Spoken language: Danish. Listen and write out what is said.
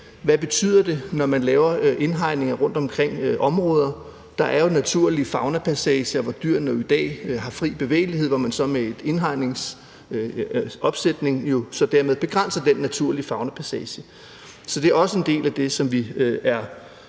Hvad betyder det, når man laver indhegninger rundt omkring områder? Der er jo naturlige faunapassager, hvor dyrene jo i dag har fri bevægelighed, og hvor man jo så med en indhegningsopsætning begrænser den naturlige faunapassage. Det er også en del af det, som vi er